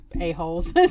a-holes